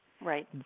Right